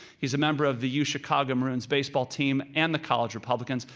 he's a member of the uchicago maroons baseball team, and the college republicans.